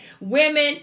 Women